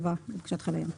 לבקשת חיל הים.